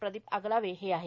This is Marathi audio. प्रदीप आगलावे हे आहेत